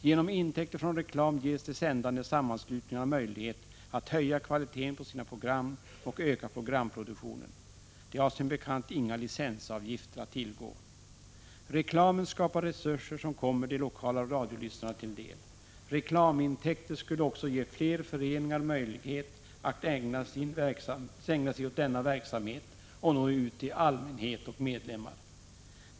Genom intäkter från reklam ges de sändande sammanslutningarna möjlighet att höja kvaliteten på sina program och öka programproduktionen. De har som bekant inga licensavgifter att tillgå. Reklamen skapar resurser som kommer de lokala radiolyssnarna till del. Reklamintäkter skulle också ge fler föreningar möjlighet att ägna sig åt denna verksamhet och nå ut till allmänhet och medlemmar.